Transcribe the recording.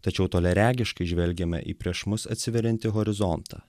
tačiau toliaregiškai žvelgiame į prieš mus atsiveriantį horizontą